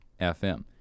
FM